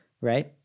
right